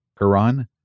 Quran